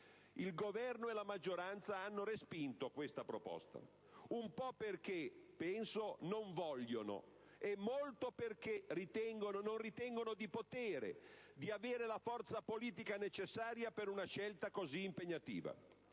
Il Governo e la maggioranza hanno respinto questa proposta, un po' perché, penso, non vogliono, e molto perché non ritengono di potere, di avere la forza politica necessaria per una scelta così impegnativa.